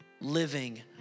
living